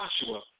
Joshua